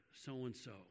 so-and-so